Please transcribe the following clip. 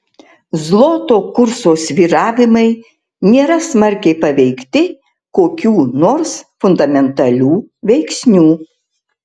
zloto kurso svyravimai nėra smarkiai paveikti kokių nors fundamentalių veiksnių